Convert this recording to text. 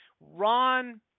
Ron